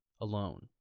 alone